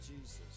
Jesus